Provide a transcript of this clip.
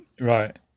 Right